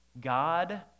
God